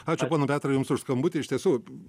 ačiū ponai petrai jums už skambutį iš tiesų